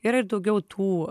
yra ir daugiau tų